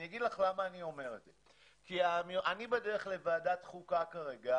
אני אגיד לך למה אני אומר את זה אני בדרך לוועדת החוקה כרגע.